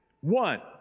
One